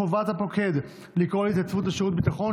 חובת פוקד לקרוא להתייצבות לשירות ביטחון),